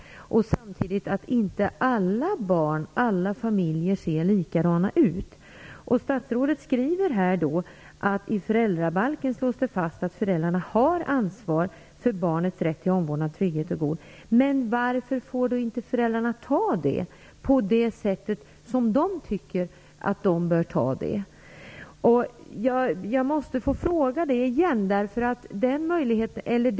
Men alla barn och alla familjer ser inte likadana ut. Statsrådet skriver att det i föräldrabalken slås fast att föräldrarna har ansvar för barnets rätt till omvårdnad, trygghet och god fostran. Varför får då inte föräldrarna ta det ansvar på det sätt som de anser att det bör tas? Jag måste återigen få ställa den frågan.